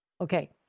Okay